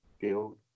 build